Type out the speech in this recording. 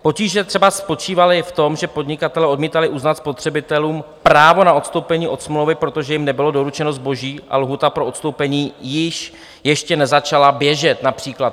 Potíže třeba spočívaly v tom, že podnikatelé odmítali uznat spotřebitelům právo na odstoupení od smlouvy, protože jim nebylo doručeno zboží, a lhůta pro odstoupení ještě nezačala běžet, například.